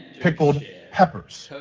pickled peppers.